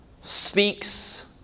speaks